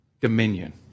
dominion